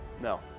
No